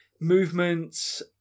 movements